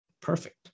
Perfect